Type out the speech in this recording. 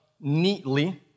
neatly